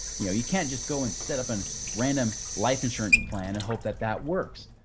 you know, you can't just go and set up an random life insurance plan and hope that that works.